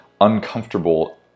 uncomfortable